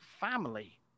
family